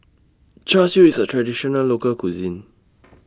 Char Siu IS A Traditional Local Cuisine